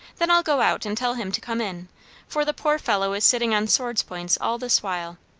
then i'll go out and tell him to come in for the poor fellow is sitting on sword's points all this while.